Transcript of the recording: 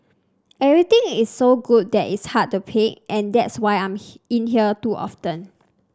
everything is so good that it's hard to pick and that's why I'm in here too often